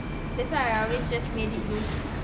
that why ah I alway just leave it loose